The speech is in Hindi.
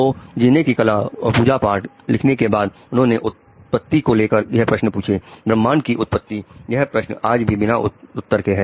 तो जीने की कला और पूजा पाठ लिखने के बाद उन्होंने उत्पत्ति को लेकर यह प्रश्न पूछे ब्रह्मांड की उत्पत्ति यह प्रश्न आज भी बिना उत्तर के हैं